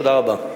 תודה רבה.